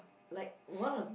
like one